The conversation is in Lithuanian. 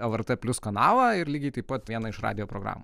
lrt plius kanalą ir lygiai taip pat vieną iš radijo programų